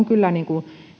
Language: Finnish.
kyllä